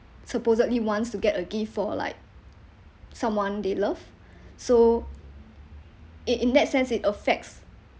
supposedly wants to get a gift for like someone they love so it in that sense it affects